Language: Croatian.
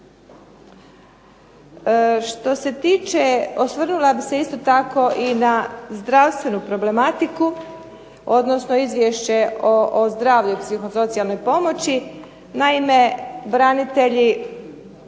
zbrinjavanja. Osvrnula bih se isto tako i na zdravstvenu problematiku, odnosno izvješće o zdravlju i psihosocijalnoj pomoći. Naime, branitelji